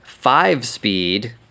five-speed